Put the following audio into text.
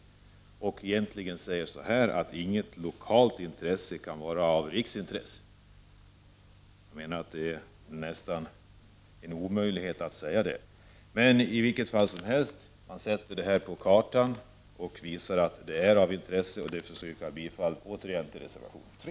Egentligen säger det att inget lokalt intresse kan vara av riksintresse. Det är nästan en omöjlighet att säga så. Men detta projekt bör sättas på kartan, så att säga. Jag yrkar bifall till reservation 3.